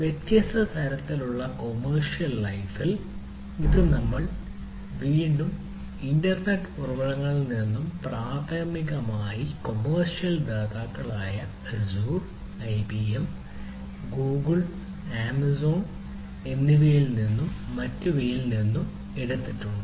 വ്യത്യസ്ത തരത്തിലുള്ള കൊമേർഷ്യൽ ലൈഫിൽ എന്നിവയിൽ നിന്നും മറ്റുള്ളവരിൽ നിന്നും എടുത്തിട്ടുണ്ട്